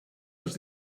els